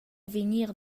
vegnir